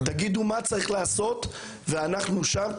תגידו מה צריך לעשות ואנחנו שם.